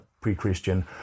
pre-christian